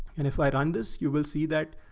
and if i run this, you will see that,